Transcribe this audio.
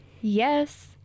Yes